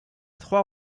trois